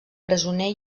presoner